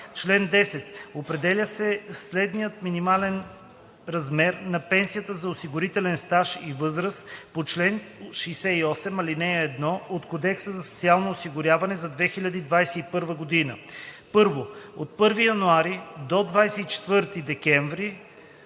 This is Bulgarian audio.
„Чл. 10. Определя се следният минимален размер на пенсията за осигурителен стаж и възраст по чл. 68, ал. 1 от Кодекса за социално осигуряване за 2021 г.: 1. от 1 януари до 24 декември